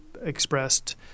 Expressed